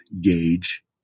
gauge